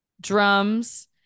drums